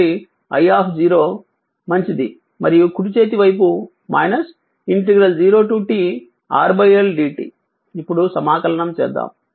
కాబట్టి i మంచిది మరియు కుడి చేతి వైపు 0t RL dt ఇప్పుడు సమాకలనం చేద్దాం